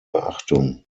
beachtung